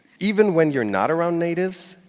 even when you're not around natives,